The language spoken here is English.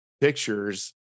pictures